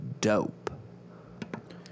dope